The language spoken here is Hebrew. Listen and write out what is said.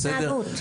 מה התנהגות?